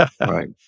right